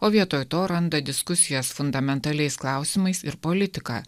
o vietoj to randa diskusijas fundamentaliais klausimais ir politiką